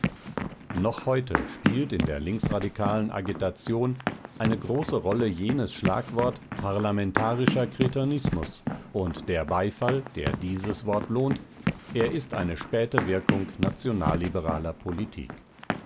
noch heute spielt in der linksradikalen agitation eine große rolle jenes schlagwort parlamentarischer kretinismus und der beifall der dieses wort lohnt er ist eine späte wirkung nationalliberaler politik